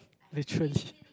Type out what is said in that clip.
literally